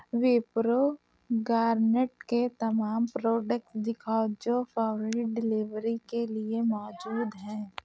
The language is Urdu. وپرو گارنیٹ کے تمام پروڈکٹ دکھاؤ جو فوری ڈیلیوری کے لیے موجود ہیں